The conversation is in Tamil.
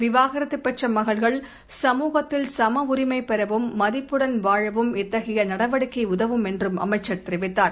விவாகரத்துப் பெற்ற மகள்கள் சமூகத்தில் சமஉரிமை பெறவும் மதிப்புடன் வாழவும் இத்தகைய நடவடிக்கை உதவும் என்றும் அமைச்சர் தெரிவித்தார்